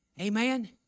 Amen